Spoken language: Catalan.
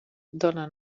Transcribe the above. dóna